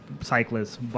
cyclists